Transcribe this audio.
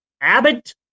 Abbott